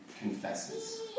confesses